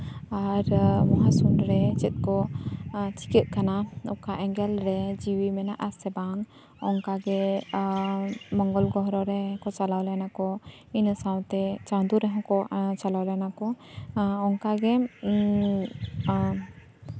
ᱟᱨ ᱢᱚᱦᱟ ᱥᱩᱱ ᱨᱮ ᱪᱮᱫ ᱠᱚ ᱪᱤᱠᱟᱹᱜ ᱠᱟᱱᱟ ᱚᱠᱟ ᱮᱸᱜᱮᱞ ᱨᱮ ᱡᱤᱣᱤ ᱢᱮᱱᱟᱜ ᱟᱥᱮ ᱵᱟᱝ ᱚᱱᱠᱟᱜᱮ ᱢᱚᱝᱜᱚᱞ ᱜᱨᱚᱦᱚ ᱨᱮ ᱪᱟᱞᱟᱣ ᱞᱮᱱᱟ ᱠᱚ ᱤᱱᱟᱹ ᱥᱟᱶᱛᱮ ᱪᱟᱸᱫᱳ ᱨᱮᱦᱚᱸ ᱠᱚ ᱪᱟᱞᱟᱣ ᱞᱮᱱᱟ ᱠᱚ ᱚᱱᱠᱟᱜᱮ ᱟᱨ